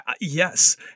Yes